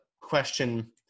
question